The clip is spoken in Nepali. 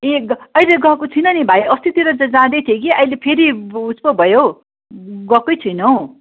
ए ग अहिले गएको छुइनँ नि भाइ अस्तितिर चाहिँ जाँदै थिएँ कि अहिले फेरि उयस पो भयो हो गएकै छैन हो